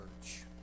church